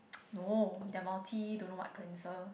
no their multi don't know what cleanser